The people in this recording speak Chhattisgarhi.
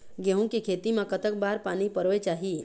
गेहूं के खेती मा कतक बार पानी परोए चाही?